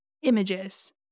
Images